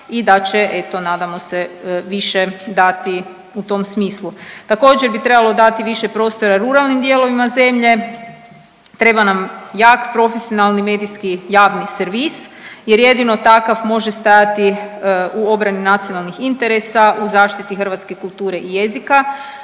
i da će eto nadamo se više dati u tom smislu. Također bi trebalo dati više prostora ruralnim dijelovima zemlje. Treba nam jak profesionalni medijski javni servis jer jedino takav može stajati u obrani nacionalnih interesa u zaštiti hrvatske kulture i jezika.